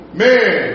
man